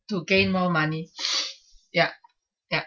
to gain more money ya ya